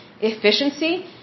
efficiency